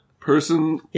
Person